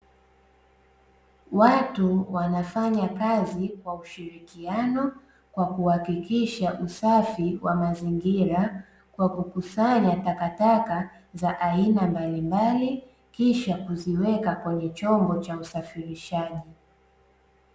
Watu wanafanya kazi kwa ushirikiano kwa kuhakikisha usafi wa mazingira, kwa kukusanya takataka za aina mbalimbali kisha kuziweka kwenye chombo cha usafirishaji.